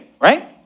right